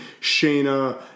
Shayna